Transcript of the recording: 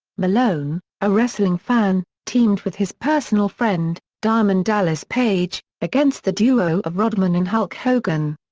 malone, a wrestling fan, teamed with his personal friend, diamond dallas page, against the duo of rodman and hulk hogan.